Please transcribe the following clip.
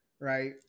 right